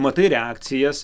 matai reakcijas